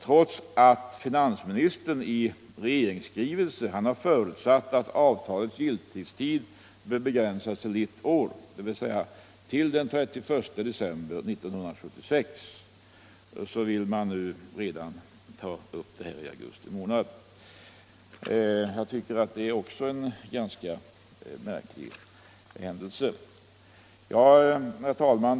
Trots att finansministern i regeringsskrivelse förutsatt att avtalets giltighetstid bör begränsas till ett år, dvs. till den 31 december 1976, vill man ta upp detta redan i augusti månad. Det är också en ganska märklig händelse. Herr talman!